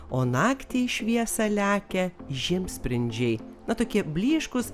o naktį į šviesa lekia žimsprindžiai na tokie blyškūs